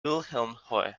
wilhelmshöhe